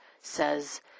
says